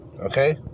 Okay